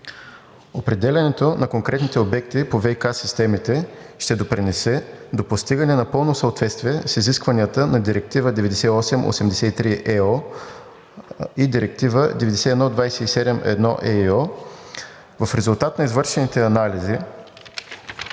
Определянето на конкретните обекти по ВиК системите ще допринесе до постигане на пълно съответствие с изискванията на Директива 98/83/ЕО и Директива 91/27/1/ЕО. В резултат на извършените анализи